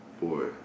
boy